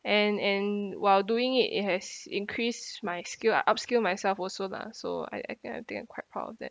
and and while doing it it has increased my skill I upskill myself also lah so I I kind of think I'm quite proud of that